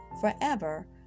forever